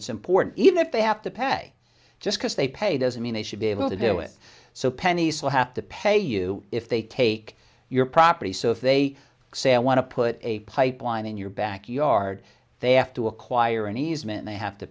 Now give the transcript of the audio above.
it's important even if they have to pay just because they pay doesn't mean they should be able to do it so penney's will have to pay you if they take your property so if they say i want to put a pipeline in your backyard they have to acquire an easement they have to